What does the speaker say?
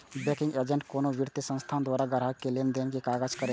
banking agent कोनो वित्तीय संस्थान द्वारा ग्राहक केर लेनदेन के काज करै छै